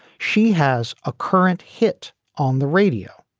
she has a current hit on the radio.